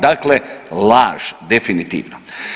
Dakle, laž definitivno.